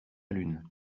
lune